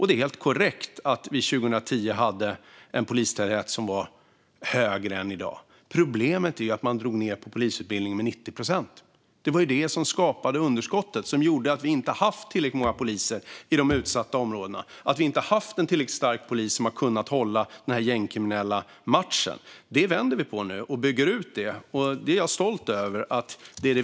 Det är helt korrekt att vi 2010 hade en polistäthet som var högre än i dag. Problemet är att man drog ned på polisutbildningen med 90 procent. Det var detta som skapade underskottet. Det gör att vi inte har haft tillräckligt många poliser i de utsatta områdena. Vi inte haft en tillräckligt stark polis som har kunnat matcha de gängkriminella. Det vänder vi nu på. Vi bygger ut polisen. Jag är stolt över detta.